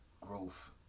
growth